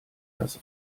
das